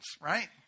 right